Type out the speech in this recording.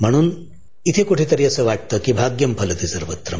म्हणून इथे कुठंतरी असं वाटतं कि भाग्यं फलती सर्वत्रं